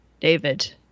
David